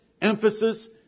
emphasis